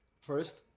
first